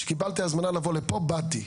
כאשר קיבלתי הזמנה לבוא לפה באתי.